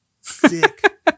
sick